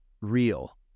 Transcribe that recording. real